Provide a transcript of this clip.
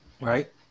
right